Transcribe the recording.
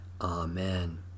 Amen